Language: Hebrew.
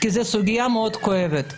כי זו סוגיה מאוד כואבת.